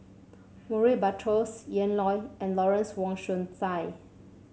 Murray Buttrose Ian Loy and Lawrence Wong Shyun Tsai